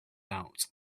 out